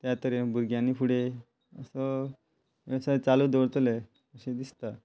त्या तरेन भुरग्यांनी फुडें असो वेवसाय चालू दवरतले अशें दिसता